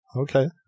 Okay